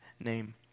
name